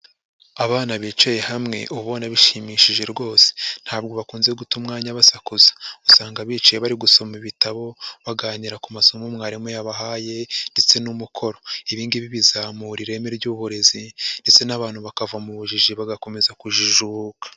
Abana bicaye hamwe uba ubona bishimishije rwose ntabwo bakunze guta umwanya basakuza usanga bicaye bari gusoma ibitabo, baganira ku masomo mwarimu yabahaye ndetse n'umukoro, ibi ngibi bizamura ireme ry'uburezi ndetse n'abantu bakava mu bujiji bagakomeza kujijka.